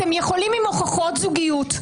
אתם יכולים עם הוכחות זוגיות.